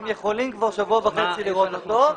כבר שבוע וחצי הם יכולים לראות את זה.